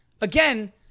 again